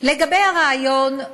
לגבי הרעיון,